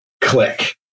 click